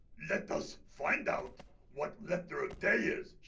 let us find out what letter of day is.